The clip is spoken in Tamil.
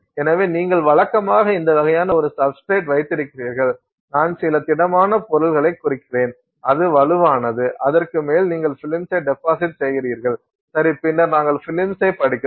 எனவே நீங்கள் வழக்கமாக இந்த வகையான ஒரு சப்ஸ்டிரேட் வைத்திருக்கிறீர்கள் நான் சில திடமான பொருள்களைக் குறிக்கிறேன் அது வலுவானது அதற்கு மேல் நீங்கள் பிலிம்சை டெபாசிட் செய்கிறீர்கள் சரி பின்னர் நாங்கள் பிலிம்சை படிக்கிறோம்